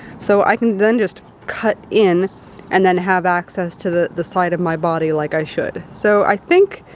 so i can then just cut in and then have access to the the side of my body like i should. so i think